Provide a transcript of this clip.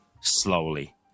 slowly